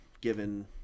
given